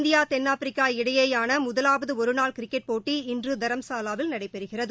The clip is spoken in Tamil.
இந்தியா தென்னாப்பிரிக்கா இடையேயானமுதலாவதுஒருநாள் கிரிக்கெட் இன்றுதரம்சலாவில் நடைபெறுகிறது